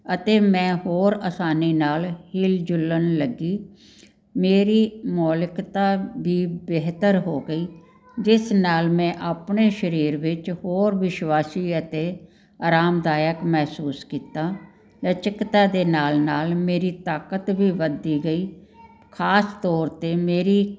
ਅਤੇ ਮੈਂ ਹੋਰ ਆਸਾਨੀ ਨਾਲ ਹਿੱਲਣ ਜੁੱਲਣ ਲੱਗੀ ਮੇਰੀ ਮੌਲਿਕਤਾ ਵੀ ਬਿਹਤਰ ਹੋ ਗਈ ਜਿਸ ਨਾਲ ਮੈਂ ਆਪਣੇ ਸਰੀਰ ਵਿੱਚ ਹੋਰ ਵਿਸ਼ਵਾਸੀ ਅਤੇ ਆਰਮਦਾਇਕ ਮਹਿਸੂਸ ਕੀਤਾ ਲਚਕਤਾ ਦੇ ਨਾਲ ਨਾਲ ਮੇਰੀ ਤਾਕਤ ਵੀ ਵਧਦੀ ਗਈ ਖਾਸ ਤੌਰ 'ਤੇ ਮੇਰੀ